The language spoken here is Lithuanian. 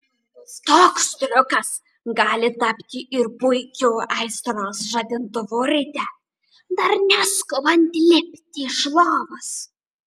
toks triukas gali tapti ir puikiu aistros žadintuvu ryte dar neskubant lipti iš lovos